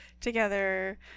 together